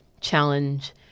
challenge